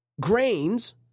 grains